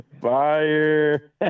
Fire